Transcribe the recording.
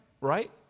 right